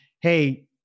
Hey